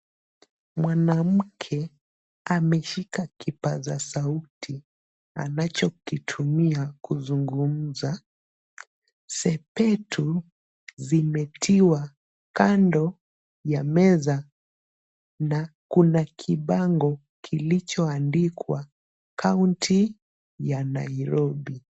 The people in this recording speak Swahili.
Mwanamke ameshika kipaza sauti anachokitumia kuzungumza. Sapatu zimetiwa kando ya meza na kuna kibango kilichoandikwa Kaunti ya Nairobi.